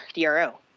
DRO